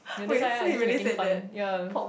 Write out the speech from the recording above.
ya that's why ah they're just making fun ya